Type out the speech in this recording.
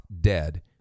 dead